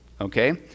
okay